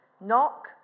knock